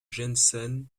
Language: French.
jensen